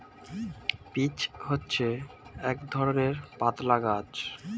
peach হচ্ছে এক ধরণের পাতলা গাছ